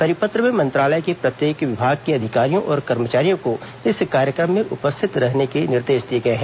परिपत्र में मंत्रालय के प्रत्येक विभाग के अधिकारियों और कर्मचारियों को इस कार्यक्रम में उपस्थित होने के निर्देश दिए गए हैं